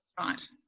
Right